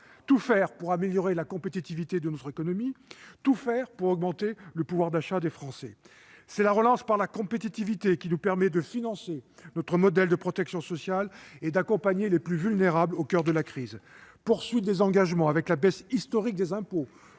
tout faire pour améliorer la compétitivité de notre économie et augmenter le pouvoir d'achat des Français. C'est la relance par la compétitivité qui nous permet de financer notre modèle de protection sociale et d'accompagner les plus vulnérables au coeur de la crise. Poursuivre la mise en oeuvre des engagements pris,